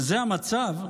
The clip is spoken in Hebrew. כשזה המצב,